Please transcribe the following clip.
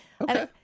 Okay